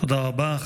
תודה רבה.